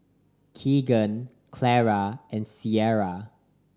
Keagan Clara and Ciara